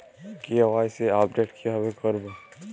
KYC update কিভাবে করবো?